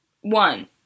One